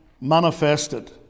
manifested